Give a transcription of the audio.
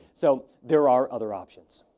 so, there are other options.